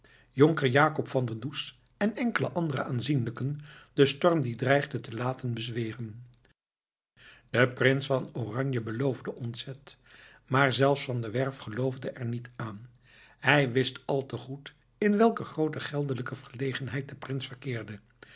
jonker jacob van der does en enkele andere aanzienlijken den storm die dreigde te laten bezweren de prins van oranje beloofde ontzet maar zelfs van der werff geloofde er niet aan hij wist al te goed in welke groote geldelijke verlegenheid de prins verkeerde